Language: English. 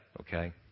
okay